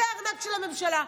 זה הארנק של הממשלה.